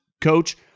coach